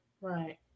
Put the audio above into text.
right